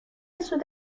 سود